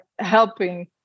helping